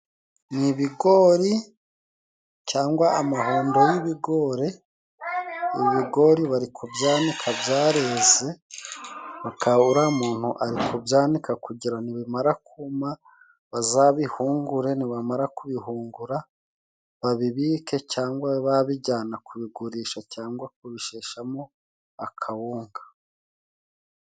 Ni ibigori cyangwa amahundo y'ibigori, ibigori bari kubyanika byareze, uriya muntu ari kubyanika kugira nibimara kuma bazabihungure, nibamara kubihungura babibike cyangwa babe babijyana kubigurisha cyangwa kubisheshamo akawunga.